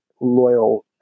loyal